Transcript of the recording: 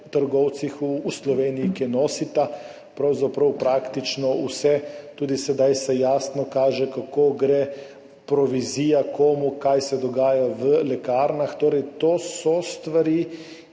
veletrgovcih, ki nosita pravzaprav praktično vse. Tudi sedaj se jasno kaže, kako gre provizija, komu, kaj se dogaja v lekarnah. To so stvari,